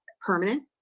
permanent